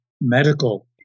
medical